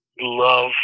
love